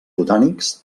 botànics